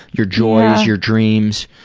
your joys, your dreams,